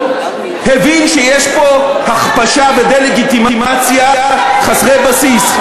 הבין שיש פה הכפשה ודה-לגיטימציה חסרות בסיס.